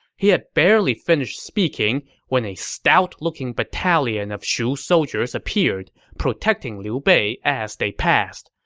he had barely finished speaking when a stout-looking battalion of shu soldiers appeared, protecting liu bei as they passed.